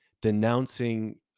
denouncing